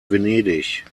venedig